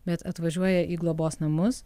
bet atvažiuoja į globos namus